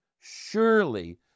surely